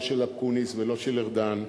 לא של אקוניס ולא של ארדן,